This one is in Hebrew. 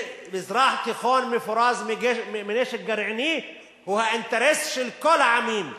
מזרח תיכון מפורז מנשק גרעיני הוא האינטרס של כל העמים.